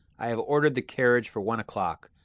i have ordered the carriage for one o'clock.